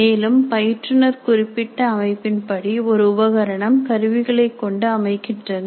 மேலும் பயிற்றுனர் குறிப்பிட்ட அமைப்பின்படி ஒரு உபகரணம் கருவிகளைக் கொண்டு அமைக்கின்றனர்